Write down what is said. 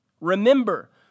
Remember